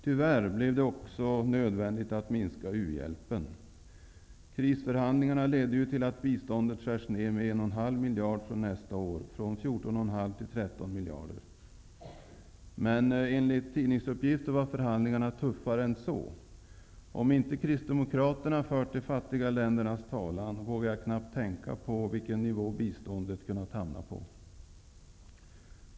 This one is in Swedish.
Tyvärr blev det också nödvändigt att minska uhjälpen. Krisförhandlingarna ledde ju till att biståndet skärs ned med 1,5 miljarder nästa år, från 14,5 till 13 miljarder. Men enligt tidningsuppgifter var förhandlingarna tuffare än så, och om inte Kristdemokraterna fört de fattigare ländernas talan vågar jag knappt tänka på vilken nivå biståndet hade kunnat hamna på.